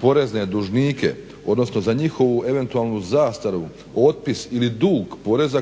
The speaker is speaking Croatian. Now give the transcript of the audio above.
porezne dužnike odnosno za njihovu eventualnu zastaru, otpis ili dug poreza